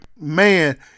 man